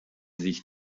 sich